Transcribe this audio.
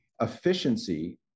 Efficiency